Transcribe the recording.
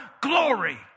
glory